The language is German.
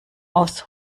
aus